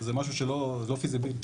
זה משהו שלא פיזיבילי.